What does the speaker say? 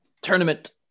tournament